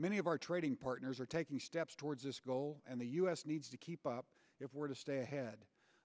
many of our trading partners are taking steps towards this goal and the u s needs to keep up if we're to stay ahead